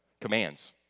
Commands